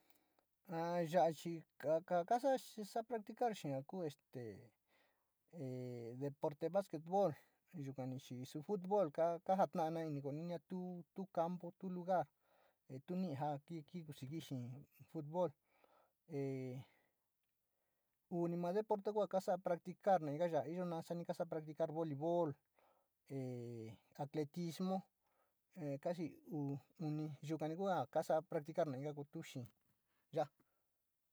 A ya chi’ a ka kasa´a practicar yee ku este o deporte basquetbol yukani chi, futbol kajata´ana ño tu compu, tu lugar tu nii kii kuu siki xee futbol ee, uu ni maa deporte kuu kasor o practicar in inka yaja o tu, suu kaa saa joolayorte volibol te atletismo ee kasi uu, uni yukani kasa´a practicar nayio kutu xee ya´a.